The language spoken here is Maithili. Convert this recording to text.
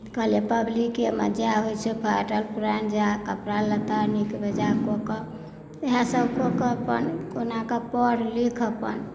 कहलियै पब्लिकेमे जे आबैत छै तऽ ओकर पूरा इन्तजाम ओकर कपड़ा लत्ता नीक बेजाय कऽ कऽ इएहसभ कऽ कऽ अपन कहुनाके पढ़ लिख अपन